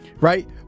Right